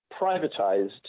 privatized